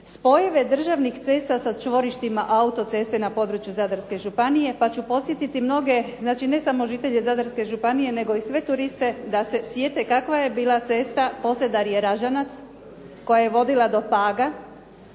spojeve državnih cesta sa čvorištima autoceste na području Zadarske županije, pa ću podsjetiti mnoge ne samo žitelje Zadarske županije nego i sve turiste da se sjete kakva je bila cesta Posedarje-Ražanac koja je vodila do Paga,